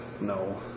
No